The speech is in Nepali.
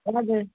हजुर